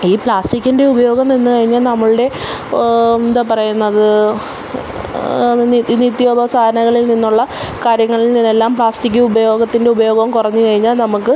ഈ പ്ലാസ്റ്റിക്കിന്റെ ഉപയോഗം നിന്ന് കഴിഞ്ഞാൽ നമ്മളുടെ എന്താ പറയുന്നത് നിത്യോപ സാധനങ്ങളില് നിന്നുള്ള കാര്യങ്ങളില് നിന്നെല്ലാം പ്ലാസ്റ്റിക്ക് ഉപയോഗത്തിന്റെ ഉപയോഗോം കുറഞ്ഞ് കഴിഞ്ഞാൽ നമ്മക്ക്